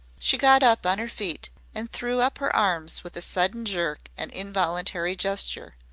she got up on her feet and threw up her arms with a sudden jerk and involuntary gesture.